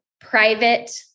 private